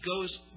goes